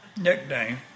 Nickname